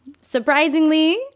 surprisingly